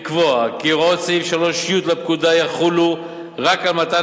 לקבוע כי הוראות סעיף 3(י) לפקודה יחולו רק על מתן